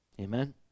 Amen